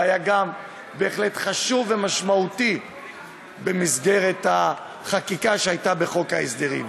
והיה גם בהחלט חשוב ומשמעותי בחקיקה שהייתה בחוק ההסדרים,